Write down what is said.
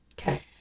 okay